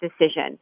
decision